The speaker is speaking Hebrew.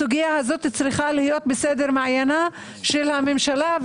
הסוגיה הזאת צריכה להיות בראש מעייניה של הממשלה,